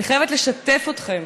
אני חייבת לשתף אתכם